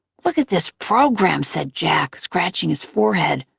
look at this program, said jack, scratching his forehead.